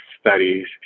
studies